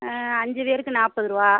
அஞ்சு பேருக்கு நாற்பது ரூபா